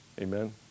Amen